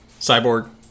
Cyborg